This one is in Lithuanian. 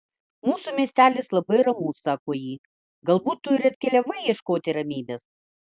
mūsų miestelis labai ramus sako ji galbūt tu ir atkeliavai ieškoti ramybės